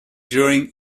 during